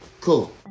Cool